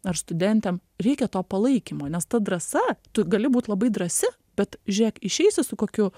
ar studentėm reikia to palaikymo nes ta drąsa tu gali būt labai drąsi bet žiūrėk išeisi su kokiu